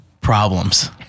Problems